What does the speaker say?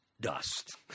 dust